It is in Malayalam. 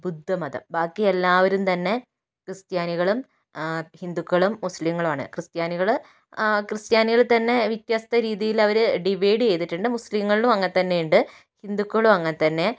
ബുദ്ധമതം ബാക്കി എല്ലാവരും തന്നെ ക്രിസ്ത്യാനികളും ഹിന്ദുക്കളും മുസ്ലിങ്ങളും ആണ് ക്രിസ്ത്യാനികൾ ആ ക്രിസ്ത്യാനികളിൽത്തന്നെ വ്യത്യസ്ത രീതിയിൽ അവർ ഡിവൈഡ് ചെയ്തിട്ടുണ്ട് മുസ്ലിങ്ങളിലും അങ്ങനെ തന്നെയുണ്ട് ഹിന്ദുക്കളും അങ്ങനെത്തന്നെ